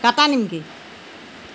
কাটা নিমকি